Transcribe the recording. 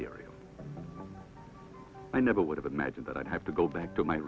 area i never would have imagined that i'd have to go back to my